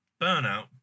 burnout